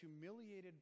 humiliated